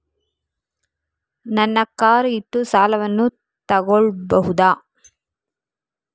ನನ್ನ ಕಾರ್ ಇಟ್ಟು ಸಾಲವನ್ನು ತಗೋಳ್ಬಹುದಾ?